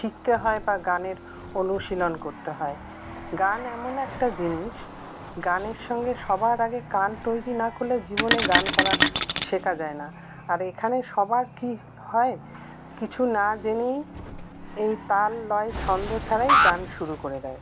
শিখতে হয় বা গানের অনুশীলন করতে হয় গান এমন একটা জিনিস গানের সঙ্গে সবার আগে কান তৈরি না করলে জীবনে গান করা শেখা যায় না আর এখানে সবার কি হয় কিছু না জেনেই এই তাল লয় ছন্দ ছাড়াই গান শুরু করে দেয়